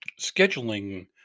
scheduling